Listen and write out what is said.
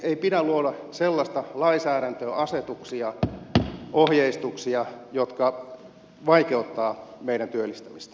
ei pidä luoda sellaista lainsäädäntöä asetuksia ohjeistuksia jotka vaikeuttavat meidän työllistämistä